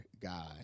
God